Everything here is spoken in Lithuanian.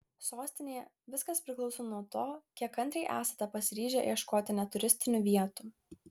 sostinėje viskas priklauso nuo to kiek kantriai esate pasiryžę ieškoti ne turistinių vietų